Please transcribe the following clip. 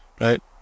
right